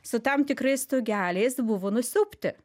su tam tikrais stogeliais buvo nusiaubti